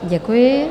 Děkuji.